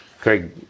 Craig